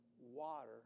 water